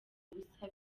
ubusa